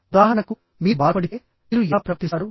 ఉదాహరణకు మీరు బాధపడితే మీరు ఎలా ప్రవర్తిస్తారు